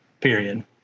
period